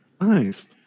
Nice